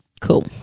Cool